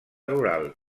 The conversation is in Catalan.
rural